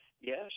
yes